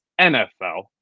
NFL